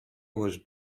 was